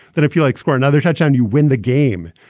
then if you like, score another touchdown, you win the game.